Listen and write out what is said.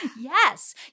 Yes